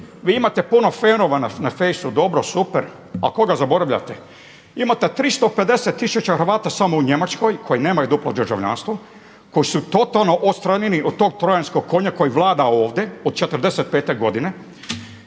Vi imate puno fanova na fejsu, dobro, super. A koga zaboravljate? Imate 350 tisuća Hrvata samo u Njemačkoj koji nemaju duplo državljanstvo, koji su totalno odstranjeni od tog Trojanskog konja koji vlada ovdje od četrdeset